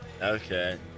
Okay